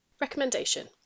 Recommendation